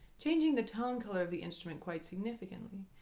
changing the tone color of the instrument quite significantly,